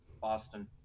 Boston